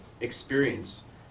experience